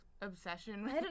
obsession